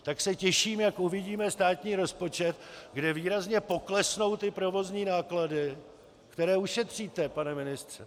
Tak se těším, jak uvidíme státní rozpočet, kde výrazně poklesnou ty provozní náklady, které ušetříte, pane ministře.